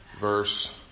verse